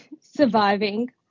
surviving